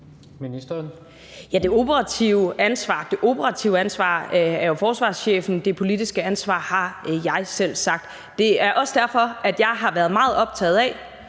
Det operative ansvar er jo forsvarschefens, det politiske ansvar har jeg selvsagt. Det er også derfor, jeg har været meget optaget af,